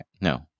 No